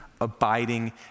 abiding